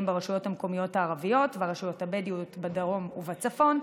ברשויות המקומיות הערביות וברשויות הבדואית בדרום ובצפון.